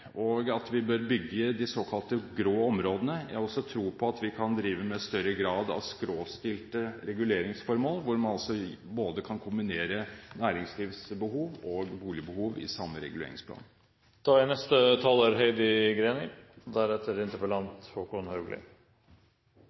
og at vi bør bygge i de såkalte grå områdene. Jeg har også tro på at vi kan drive med større grad av skråstilte reguleringsformål, hvor man kan kombinere næringslivsbehov og boligbehov i samme reguleringsplan.